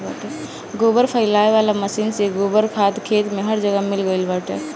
गोबर फइलावे वाला मशीन से गोबर कअ खाद खेत में हर जगह मिल गइल बाटे